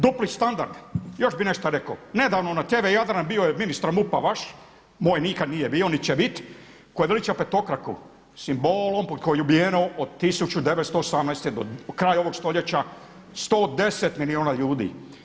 Dupli standard, još bi nešto rekao, nedavno na TV Jadran bio je ministar MUP-a vaš moj nikad nije bio niti će biti, koji veliča petokraku simbol pod kojim je ubijeno od 1918. do kraja ovog stoljeća 110 milijuna ljudi.